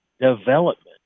development